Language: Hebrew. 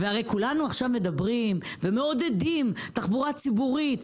והרי כולנו עכשיו מדברים ומעודדים תחבורה ציבורית,